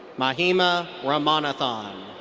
mahima ramanathan.